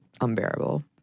unbearable